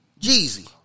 Jeezy